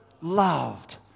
loved